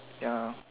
ya